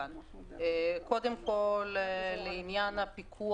לפני עמדת המשרד,